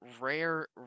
Rare